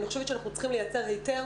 אנחנו צריכים לייצר היתר